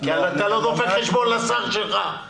כי אתה לא דופק חשבון לשר שלך.